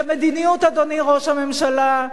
ומדיניות, אדוני ראש הממשלה,